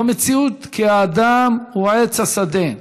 זאת מציאות, כי האדם הוא עץ השדה.